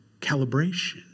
calibration